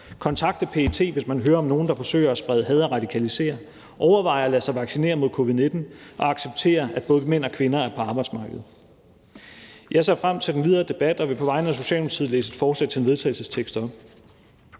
kontakte PET, hvis man hører om nogen, der forsøger at sprede had og radikalisere; overveje at lade sig vaccinere mod covid-19; og acceptere, at både mænd og kvinder er på arbejdsmarkedet. Jeg ser frem til den videre debat og vil på vegne af Socialdemokratiet læse et forslag til vedtagelse op.